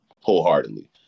wholeheartedly